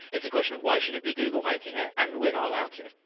it's a question of why should it be google making it and we're not allowed to.